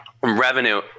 revenue